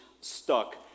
stuck